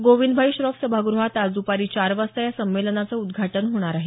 गोविंदभाई श्रॉफ सभागृहात आज द्पारी चारला या संमेलनाचं उद्घाटन होणार आहे